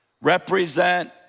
represent